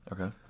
Okay